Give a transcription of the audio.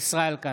ישראל כץ,